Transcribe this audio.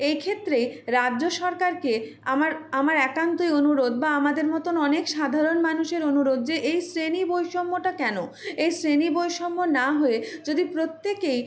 এই ক্ষেত্রে রাজ্য সরকারকে আমার আমার একান্তই অনুরোধ বা আমাদের মতোন অনেক সাধারণ মানুষের অনুরোধ যে এই শ্রেণী বৈষম্যটা কেন এই শ্রেণী বৈষম্য না হয়ে যদি প্রত্যেকেই